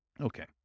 Okay